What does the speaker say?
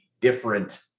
different